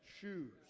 shoes